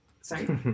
sorry